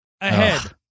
Ahead